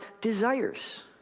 desires